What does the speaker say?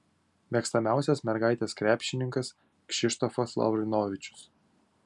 mėgstamiausias mergaitės krepšininkas kšištofas lavrinovičius